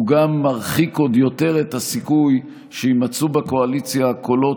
הוא גם מרחיק עוד יותר את הסיכוי שיימצאו בקואליציה קולות,